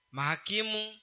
Mahakimu